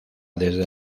desde